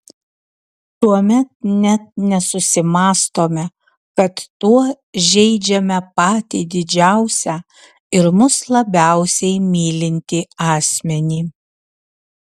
tuomet net nesusimąstome kad tuo žeidžiame patį didžiausią ir mus labiausiai mylintį asmenį